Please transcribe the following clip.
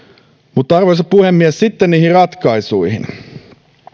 arvoisa puhemies sitten niihin ratkaisuihin